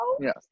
Yes